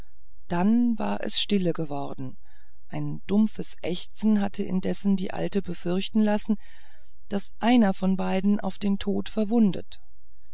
dann war es zwar stille geworden ein dumpfes ächzen hatte indessen die alte befürchten lassen daß einer von beiden auf den tod verwundet